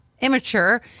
immature